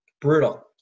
Brutal